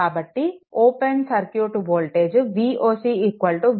కాబట్టి open circuit voltage Voc VThevenin 10i1 5i2